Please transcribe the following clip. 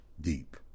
Deep